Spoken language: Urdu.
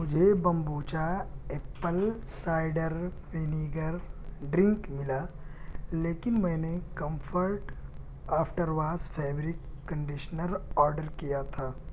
مجھے kombucha apple cider vinegar drink ملا لیکن میں نے Comfort after wash fabric conditioner order کیا تھا